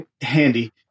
handy